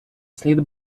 слід